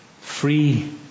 free